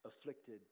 afflicted